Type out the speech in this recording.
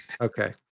Okay